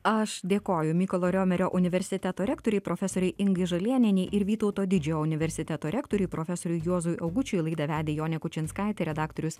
aš dėkoju mykolo riomerio universiteto rektorei profesorei ingai žalėnienei ir vytauto didžiojo universiteto rektoriui profesoriui juozui augučiui laidą vedė jonė kučinskaitė redaktorius